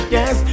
Yes